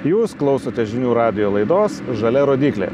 jūs klausote žinių radijo laidos žalia rodyklė